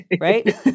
right